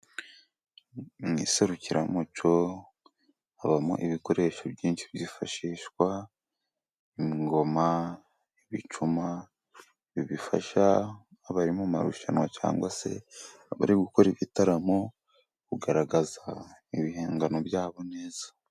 Mu iserukira muco habamo ibikoresho byinshi byifashishwa:ingoma, ibicuma bifasha abari mu marushanwa cyangwa se bari gukora ibitaramo kugaragaza ibihangano byabo neza.